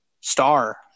star